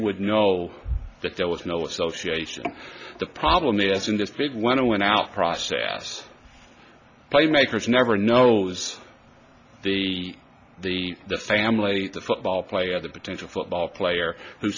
would know that there was no association the problem isn't the fit when it went out process playmakers never knows the the the family the football player the potential football player who